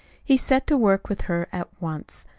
he set to work with her at once.